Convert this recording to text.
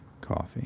coffee